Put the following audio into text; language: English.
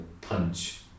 punch